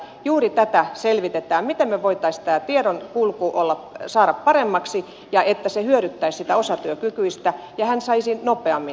juuri tätä selvitetään miten me voisimme tämän tiedonkulun saada paremmaksi ja niin että se hyödyttäisi sitä osatyökykyistä ja hän saisi nopeammin sen avun